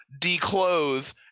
declothe